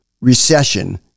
recession